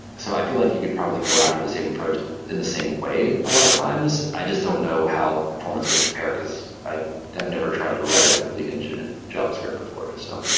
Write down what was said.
so i feel like you could probably go after the same approach in the same way a lot of times. i just don't know how the performance would compare, because i have never tried to write a complete engine in javascript before so